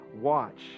watch